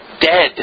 dead